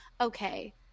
okay